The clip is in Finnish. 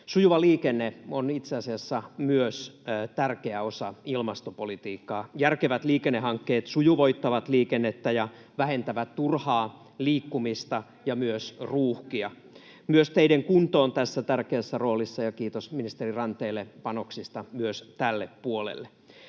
Sujuva liikenne on itse asiassa myös tärkeä osa ilmastopolitiikkaa. Järkevät liikennehankkeet sujuvoittavat liikennettä ja vähentävät turhaa liikkumista ja myös ruuhkia. Myös teiden kunto on tässä tärkeässä roolissa, kiitos ministeri Ranteelle panoksista myös tälle puolelle.